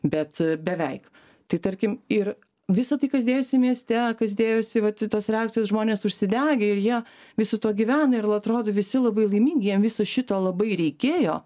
bet beveik tai tarkim ir visa tai kas dėjosi mieste kas dėjosi vat tos reakcijos žmonės užsidegę ir jie visu tuo gyvena ir atrodo visi labai laimingi jiem viso šito labai reikėjo